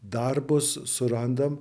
darbus surandam